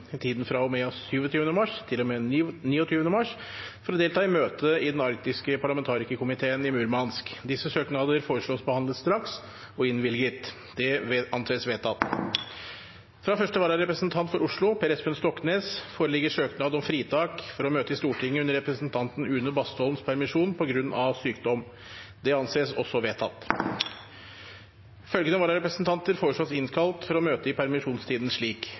tiden fra og med 27. mars til og med 29. mars for å delta i møte i Den arktiske parlamentarikerkomiteen i Murmansk Disse søknader foreslås behandlet straks og innvilget. – Det anses vedtatt. Fra første vararepresentant for Oslo, Per Espen Stoknes , foreligger søknad om fritak for å møte i Stortinget under representanten Une Bastholms permisjon på grunn av sykdom. Etter forslag fra presidenten ble enstemmig besluttet: Søknaden behandles straks og innvilges. Følgende vararepresentanter innkalles for å møte i permisjonstiden